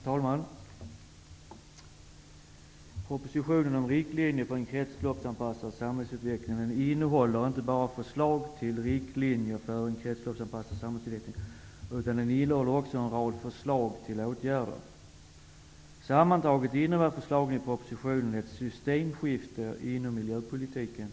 Herr talman! Propositionen om riktlinjer för en kretslopsanpassad samhällsutveckling innehåller inte bara förslag till riktlinjer för en kretsloppsanpassad samhällsutveckling, utan den innehåller också en rad förslag till åtgärder. Sammantaget innebär förslagen i propositionen ett sytemskifte inom miljöpolitiken.